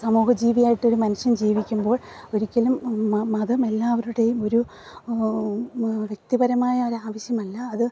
സമൂഹ ആയിട്ട് ഒരു മനുഷ്യൻ ജീവിക്കുമ്പോൾ ഒരിക്കലും മതം എല്ലാവരുടെയും ഒരു വ്യക്തിപരമായ ഒരു ആവശ്യമല്ല അത്